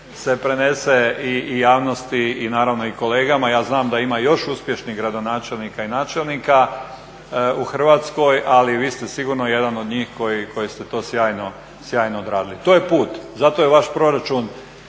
se prenese i javnosti i naravno i kolegama. Ja znam da ima još uspješnih gradonačelnika i načelnika u Hrvatskoj, ali vi ste sigurno jedan od njih koji ste to sjajno odradili. To je put, zato je vaš proračun